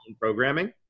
programming